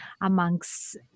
amongst